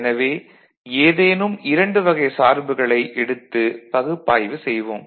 எனவே ஏதேனும் இரண்டு வகை சார்புகளை எடுத்துப் பகுப்பாய்வு செய்வோம்